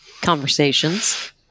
Conversations